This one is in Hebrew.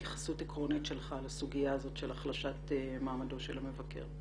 התייחסות עקרונית שלך לסוגיה הזאת של החלשת מעמדו של המבקר.